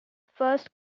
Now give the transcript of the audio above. first